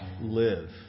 live